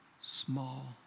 small